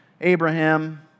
Abraham